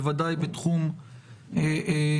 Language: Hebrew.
ובוודאי בתחום ההגירה,